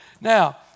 Now